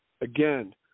again